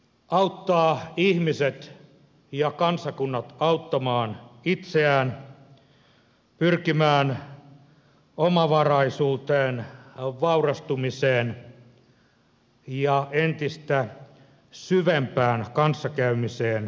auttaa ihmiset ja kansakunnat auttamaan itseään pyrkimään omavaraisuuteen vaurastumiseen ja entistä syvempään kanssakäymiseen toisten kansakuntien kanssa